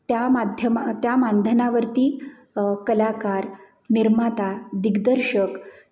त्या माध्यम त्या मानधनावरती कलाकार निर्माता दिग्दर्शक